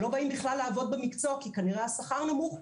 שלא באים בכלל לעבוד במקצוע כי כנראה שהשכר נמוך,